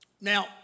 Now